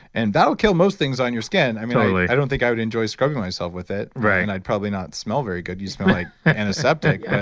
and that'll kill most things on your skin. i like i don't think i would enjoy scrubbing myself with it and i'd probably not smell very good. you'd smell like antiseptic.